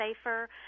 safer